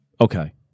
Okay